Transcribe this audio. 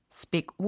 speak